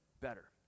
better